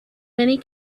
many